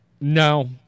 No